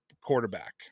quarterback